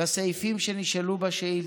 לסעיפים שנשאלו בשאילתה,